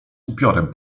upiorem